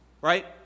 right